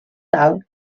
tal